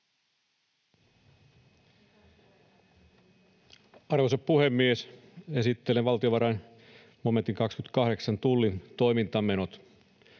Arvoisa puhemies! Esittelen valtiovarainvaliokunnan momentin 28, Tullin toimintamenot.